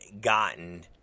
gotten